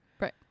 right